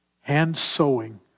hand-sewing